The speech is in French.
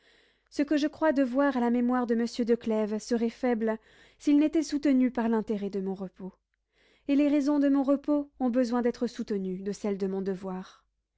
ce que je crois devoir à la mémoire de monsieur de clèves serait faible s'il n'était soutenu par l'intérêt de mon repos et les raisons de mon repos ont besoin d'être soutenues de celles de mon devoir